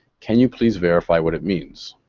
can you please verify what it means?